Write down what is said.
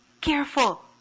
careful